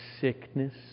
sickness